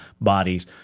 bodies